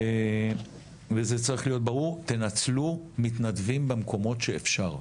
זה צריך להיות ברור, תנצלו מתנדבים במקומות שאפשר.